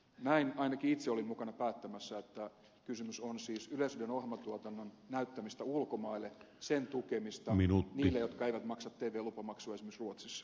näin ainakin itse olin mukana päättämässä että kysymys on siis yleisradion ohjelmatuotannon näyttämisestä ulkomaille sen tukemisesta niille jotka eivät maksa tv lupamaksuja esimerkiksi ruotsissa